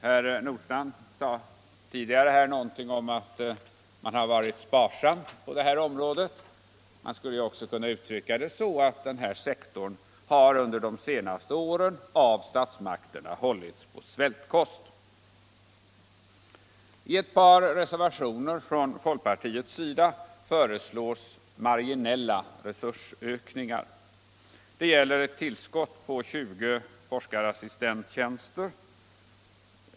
Herr Nordstrandh sade tidigare här någonting om att man har varit sparsam på detta område. Man skulle också kunna uttrycka det så att denna sektor under de senaste åren av statsmakterna har hållits på svältkost. I ett par reservationer från folkpartiets sida föreslås marginella resursökningar. Det gäller cut tillskott på 20 forskarassistenttjänster.